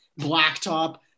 blacktop